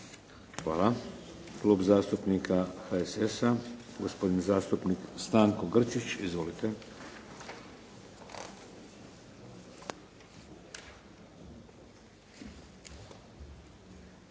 Hvala. Klub zastupnika HSS-a, gospodin zastupnik Stanko Grčić. Izvolite.